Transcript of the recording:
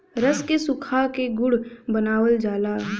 रस के सुखा क गुड़ बनावल जाला